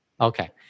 Okay